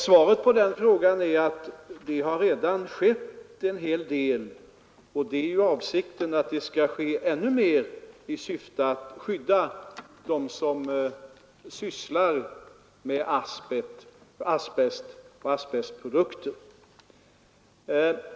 Svaret på den frågan är att det redan har skett en hel del, och avsikten är att ännu mer skall ske i syfte att skydda dem som sysslar med asbest och asbestprodukter.